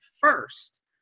first